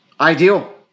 ideal